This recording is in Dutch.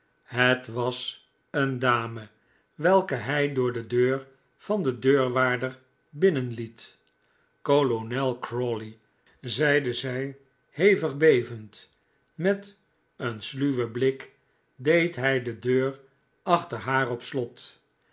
het was een dame welke hij door de deur van den deurwaarder binnenliet kolonel crawley zeide zij hevig bevend met een sluwen blik deed hij de deur achter haar op slot